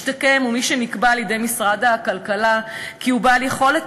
משתקם הוא מי שנקבע על-ידי משרד הכלכלה כי הוא בעל יכולת